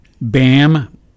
bam